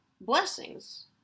blessings